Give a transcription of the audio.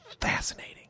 fascinating